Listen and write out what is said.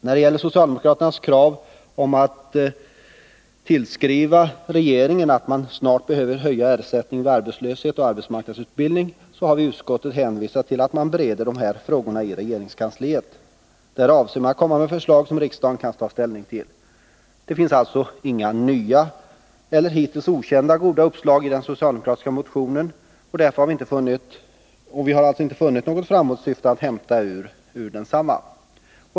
När det gäller socialdemokraternas krav att man skall tillskriva regeringen att ersättningen vid arbetslöshet och arbetsmarknadsutbildning snart behöver höjas, så har vi i utskottet hänvisat till att de frågorna bereds i regeringskansliet. Där avser man att komma med förslag som riksdagen kan ta ställning till. Det finns alltså inga nya eller hittills okända goda uppslag i den socialdemokratiska motionen, och vi har alltså inte funnit något framåtsyftande att hämta ur densamma.